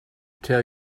tell